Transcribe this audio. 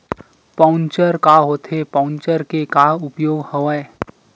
Voucher का होथे voucher के का उपयोग हवय?